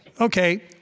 Okay